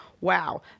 Wow